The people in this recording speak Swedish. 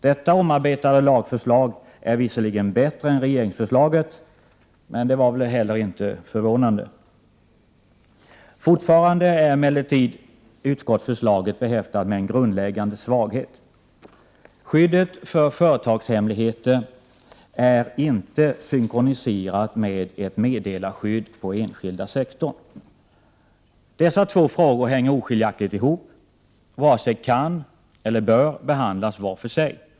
Detta omarbetade lagförslag är visserligen bättre än regeringsförslaget, men det var väl heller inte förvånande. Fortfarande är emellertid utskottsförslaget behäftat med en grundläggande svaghet. Skyddet för företagshemligheter är inte synkroniserat med ett meddelarskydd på enskilda sektorn. Dessa två frågor hänger oskiljaktigt ihop och varken kan eller bör behandlas var för sig.